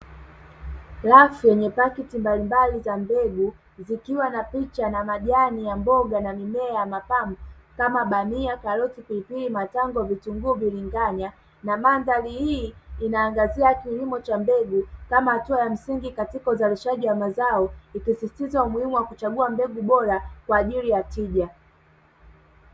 Rafu yenye pakiti mbalimbali za mbegu, zikiwa na picha na majani ya mboga na mimea ya mapambo kama: bamia, karoti, pilipili, matango, vitunguu, biringanya; na mandhari hii inaangazia kilimo cha mbegu kama hatua ya msingi katika uzalishaji wa mazao, ikisisitiza umuhimu wa kuchagua mbegu bora kwa ajili ya tija.